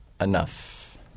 enough